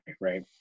right